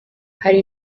hari